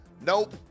nope